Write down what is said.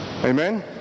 Amen